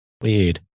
weird